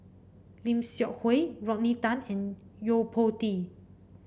Lim Seok Hui Rodney Tan and Yo Po Tee